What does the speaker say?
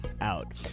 out